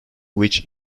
which